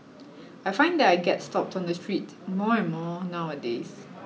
I find that I get stopped on the street more and more nowadays